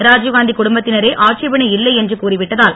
ராஜீவ்காந்தி குடும்பத்தினரே ஆட்சேபனை இல்லை என்று கூறிவிட்டதால்